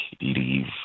leave